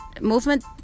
movement